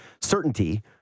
Certainty